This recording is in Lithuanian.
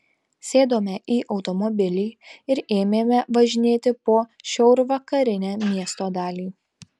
sėdome į automobilį ir ėmėme važinėti po šiaurvakarinę miesto dalį